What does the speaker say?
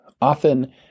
Often